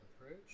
approach